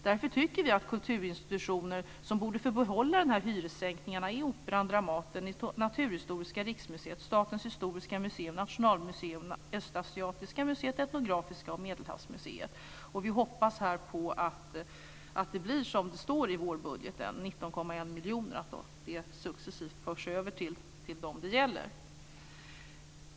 Vi tycker att de kulturinstitutioner som borde få behålla de här pengarna är Operan, Dramaten, Naturhistoriska riksmuseet, Statens historiska museum, Nationalmuseum, Östasiatiska museet, Etnografiska museet och Medelhavsmuseet. Vi hoppas på att det blir som det står i vårbudgeten, att 19,1 miljoner successivt förs över till dem som det gäller.